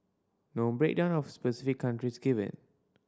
no breakdown of specific countries given